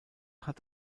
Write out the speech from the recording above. hat